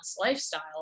lifestyle